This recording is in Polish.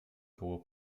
koło